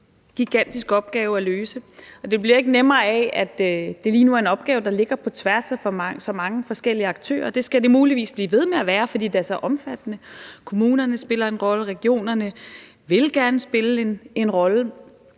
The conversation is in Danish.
en gigantisk opgave at løse, og det bliver ikke nemmere af, at det lige nu er en opgave, der går på tværs af så mange forskellige aktører. Sådan vil det muligvis blive ved med at være, fordi det er så omfattende. Kommunerne spiller en rolle, regionerne vil gerne spille en rolle,